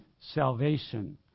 salvation